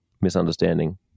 misunderstanding